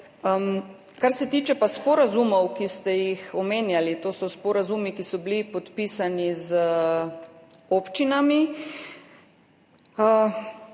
Kar se pa tiče sporazumov, ki ste jih omenjali, to so sporazumi, ki so bili podpisani z občinami.